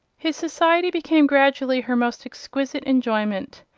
his society became gradually her most exquisite enjoyment.